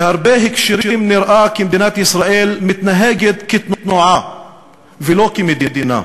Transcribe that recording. בהרבה הקשרים נראה כי מדינת ישראל מתנהגת כתנועה ולא כמדינה,